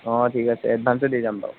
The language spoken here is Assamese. অঁ ঠিক আছে এডভাঞ্চে দি যাম বাৰু